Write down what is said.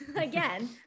again